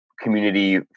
community